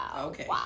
Okay